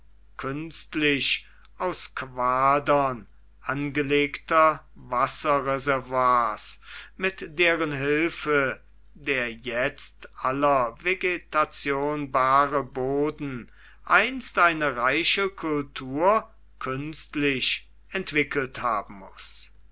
künstlich aus quadern angelegter wasserreservoirs mit deren hilfe der jetzt aller vegetation bare boden einst eine reiche kultur künstlich entwickelt haben muß